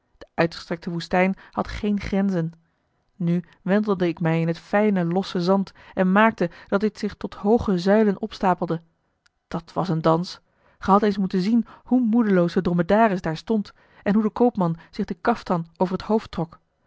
de uitgestrekte woestijn had geen grenzen nu wentelde ik mij in het fijne losse zand en maakte dat dit zich tot hooge zuilen opstapelde dat was een dans ge hadt eens moeten zien hoe moedeloos de dromedaris daar stond en hoe de koopman zich den kaftan over het hoofd trok